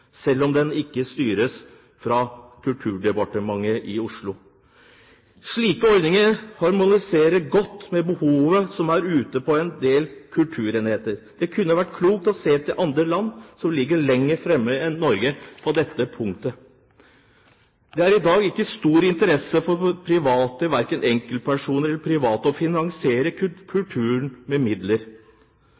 selv om den ikke styres fra Kulturdepartementet i Oslo. Slike ordninger harmoniserer godt med behovet ute på en del kulturenheter. Det kunne vært klokt å se til land som ligger lenger fremme enn Norge på dette punktet. Det er i dag ikke stor interesse fra private, verken enkeltpersoner eller bedrifter, for å finansiere kulturen med midler.